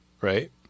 Right